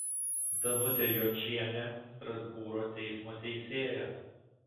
danutė jočienė strasbūro teismo teisėja